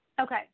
Okay